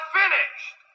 finished